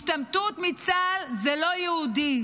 השתמטות מצה"ל זה לא יהודי.